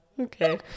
Okay